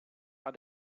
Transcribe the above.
are